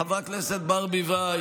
חברת הכנסת ברביבאי,